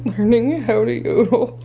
learning how to yodel.